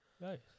Nice